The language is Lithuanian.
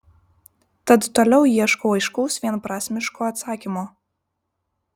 tad toliau ieškau aiškaus vienprasmiško atsakymo